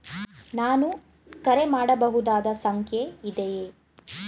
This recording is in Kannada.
ನಾನು ಕರೆ ಮಾಡಬಹುದಾದ ಸಂಖ್ಯೆ ಇದೆಯೇ?